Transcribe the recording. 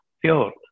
pure